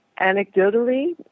anecdotally